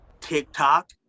TikTok